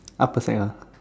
upper sec lah